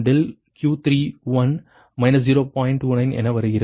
29 என வருகிறது